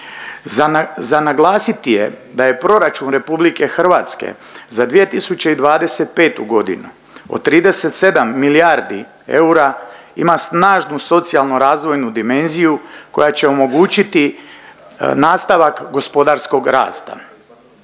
Za naglasiti je da je proračun Republike Hrvatske za 2025. godinu od 37 milijardi eura ima snažnu socijalno-razvojnu dimenziju koja će omogućiti nastavak gospodarskog rasta.